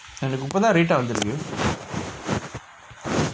எனக்கு இப்பதா:enakku ippathaa red டா வந்துருக்கு:daa vanthurukku